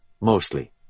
mostly